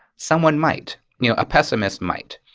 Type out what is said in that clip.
someone might. you know, a pessimist might.